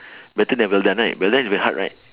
better than well done right well done is very hard right